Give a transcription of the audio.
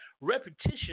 repetition